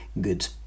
good